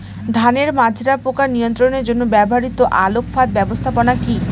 ধানের মাজরা পোকা নিয়ন্ত্রণের জন্য ব্যবহৃত আলোক ফাঁদ ব্যবস্থাপনা কি?